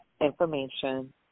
information